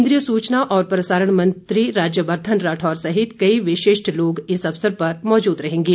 केन्द्रीय सूचना और प्रसारण मंत्री राज्यवर्धन राठौर सहित कई विशिष्ट लोग इस अवसर पर मौजूद रहेंगे